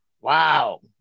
Wow